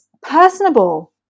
personable